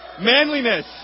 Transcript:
manliness